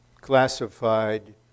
classified